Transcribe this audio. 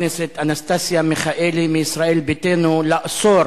הכנסת אנסטסיה מיכאלי מישראל ביתנו לאסור